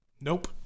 Nope